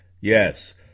Yes